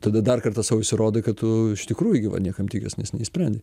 tada dar kartą sau įsirodai kad tu iš tikrųjų gi va niekam tikęs nes neišsprendei